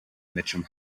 mitcham